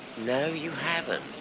no you haven't.